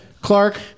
Clark